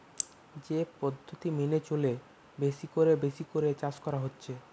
যে পদ্ধতি মেনে চলে বেশি কোরে বেশি করে চাষ করা হচ্ছে